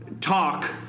talk